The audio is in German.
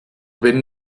wenn